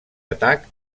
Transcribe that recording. atac